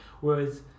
Whereas